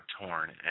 torn